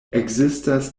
ekzistas